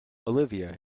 olivia